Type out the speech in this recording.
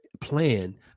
plan